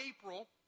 April